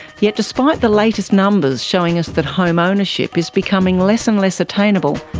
yet despite the latest numbers showing us that home ownership is becoming less and less attainable,